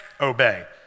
obey